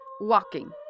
walking